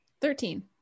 Thirteen